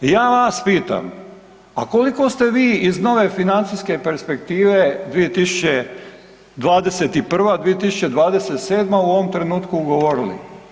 Ja vas pitam, a koliko ste vi iz nove financijske perspektive 2021.-2027. u ovom trenutku ugovorili?